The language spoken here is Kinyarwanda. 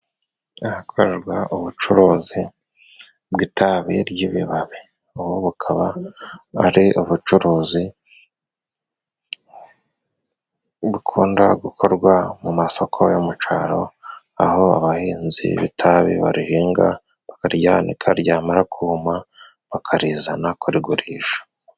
Ahakorerwa ubucuruzi bw'itabi ry'ibibabi ubu bukaba ari ubucuruzi bukunda gukorwa mu masoko yo mu caro aho abahinzi b'itabi barihinga bakaryanika ryamara kuma bakarizana kurigurisha.